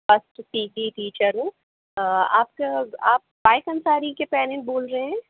first C की teacher हूँ आप आप काएस अंसारी के पैरेंट बोल रहे हैं